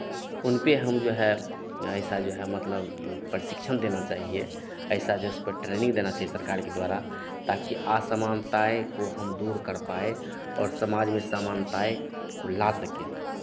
उन पे हम जो है ऐसे जो हैं मतलब प्रशिक्षण देना चाहिए ऐसा जो उस पर ट्रेनिंग देना चाहिए सरकार के द्वारा ताकि आसमानताएँ को हम दूर कर पाए और समाज में समानताएँ को ला सके